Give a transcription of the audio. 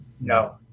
No